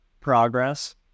progress